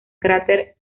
cráter